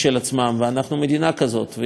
אנחנו מדינה כזאת, ויש לנו רק שניים.